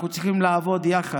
אנחנו צריכים לעבוד יחד,